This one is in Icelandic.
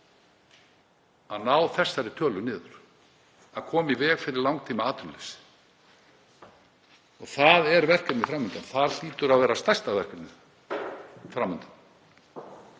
að ná þessari tölu niður og koma í veg fyrir langtímaatvinnuleysi. Það er verkefnið fram undan og hlýtur að vera stærsta verkefnið fram undan.